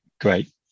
great